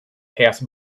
past